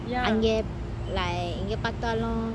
எங்க:enga like எங்க பாத்தாலும்:enga pathalum